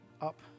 up